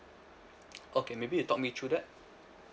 okay maybe you talk me through that